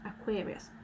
Aquarius